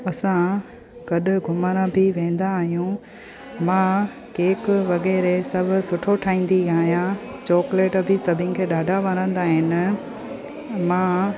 असां गॾु घुमणु बि वेंदा आहियूं मां केक वग़ैरह सभु सुठो ठाहींदी आहियां चोकलेट बि सभिनि खे ॾाढा वणंदा आहिनि मां